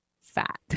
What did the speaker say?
fat